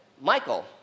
Michael